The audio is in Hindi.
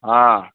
हाँ